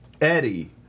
Eddie